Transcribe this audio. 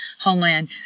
Homeland